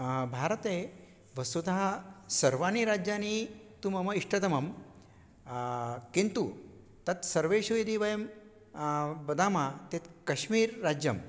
भारते वस्तुतः सर्वाणि राज्यानि तु मम इष्टतमं किन्तु तत् सर्वेषु यदि वयं वदामः चेत् कश्मीर राज्यं